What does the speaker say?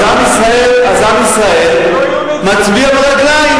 אז עם ישראל מצביע ברגליים.